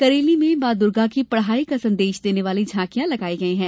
करेली में मां दुर्गा की पढ़ाई का संदेश देने वाली झांकियां लगाई गई हैं